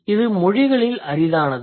இது மொழிகளில் அரிதானது